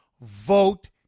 Vote